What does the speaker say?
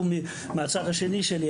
מהצד השני שלי,